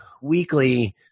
weekly